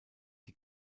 die